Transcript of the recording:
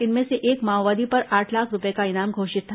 इनमें से एक माओवादी पर आठ लाख रूपए का इनाम घोषित था